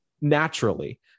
naturally